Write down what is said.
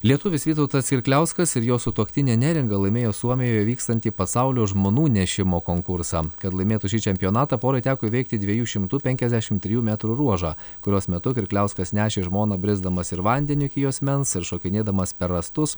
lietuvis vytautas kirkliauskas ir jo sutuoktinė neringa laimėjo suomijoje vykstantį pasaulio žmonų nešimo konkursą kad laimėtų šį čempionatą porai teko įveikti dviejų šimtų penkiasdešim trijų metrų ruožą kurios metu kirkliauskas nešė žmoną brisdamas ir vandeniu iki juosmens ir šokinėdamas per rąstus